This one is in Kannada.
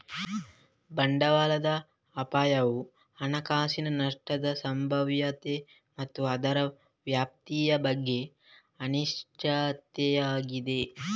ಬಂಡವಾಳದ ಅಪಾಯವು ಹಣಕಾಸಿನ ನಷ್ಟದ ಸಂಭಾವ್ಯತೆ ಮತ್ತು ಅದರ ವ್ಯಾಪ್ತಿಯ ಬಗ್ಗೆ ಅನಿಶ್ಚಿತತೆಯಾಗಿದೆ